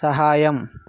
సహాయం